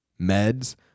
meds